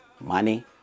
money